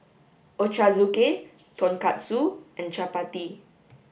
Ochazuke tonkatsu and Chapati